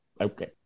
Okay